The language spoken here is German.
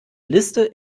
liste